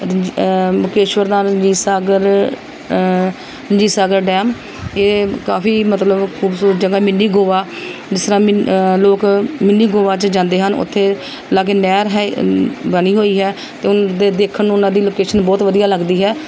ਮੁਕੇਸ਼ਵਰ Dham Ranjit Sagar Ranjit Sagar dam ਇਹ ਕਾਫੀ ਮਤਲਬ ਖੂਬਸੂਰਤ ਜਗ੍ਹਾ ਮਿੰਨੀ ਗੋਆ ਜਿਸ ਤਰ੍ਹਾਂ ਮਿੰ ਲੋਕ ਮਿੰਨੀ ਗੋਆ 'ਚ ਜਾਂਦੇ ਹਨ ਉੱਥੇ ਲਾਗੇ ਨਹਿਰ ਹੈ ਬਣੀ ਹੋਈ ਹੈ ਅਤੇ ਦੇਖਣ ਨੂੰ ਉਹਨਾਂ ਦੀ ਲੋਕੇਸ਼ਨ ਬਹੁਤ ਵਧੀਆ ਲੱਗਦੀ ਹੈ